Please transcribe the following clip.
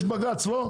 יש בג"צ, לא?